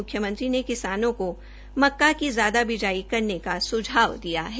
मुख्यमंत्री ने किसानों को मक्का की ज्यादा बिजाई करने का सुझाव दिया है